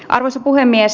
arvoisa puhemies